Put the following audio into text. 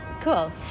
cool